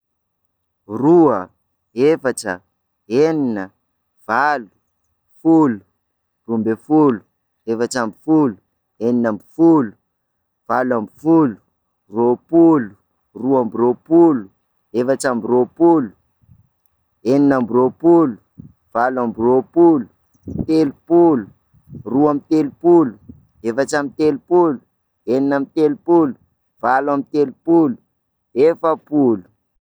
Roa, efatra, enina, valo, folo, roa amby folo, efatra amby folo, enina amby folo, valo amby folo, roapolo, roa amby roapolo, efatra amby roapolo, enina amby roapolo, valo amby roapolo, telopolo, roa amby telopolo, efatra amby telopolo, enina amby telopolo, valo amby telopolo, efapolo.